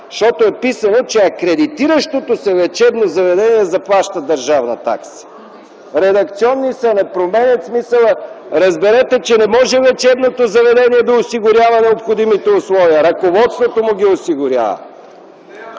Защото е записано, че акредитиращото се лечебно заведение заплаща държавна такса. Поправките са редакционни, не променят смисъла. Разберете, че не може лечебното заведение да осигурява необходимите условия, ръководството му ги осигурява.